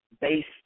based